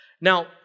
Now